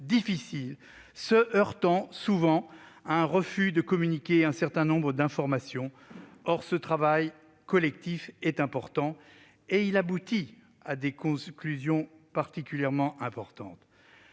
difficiles, se heurtant souvent à un refus de communiquer un certain nombre d'informations. Or ce travail collectif a abouti à des conclusions importantes.